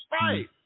right